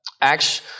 Acts